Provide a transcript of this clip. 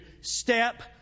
step